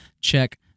check